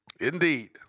Indeed